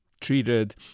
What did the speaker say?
treated